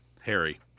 Harry